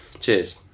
Cheers